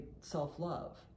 self-love